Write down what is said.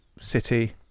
City